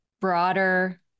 broader